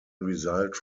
result